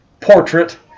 portrait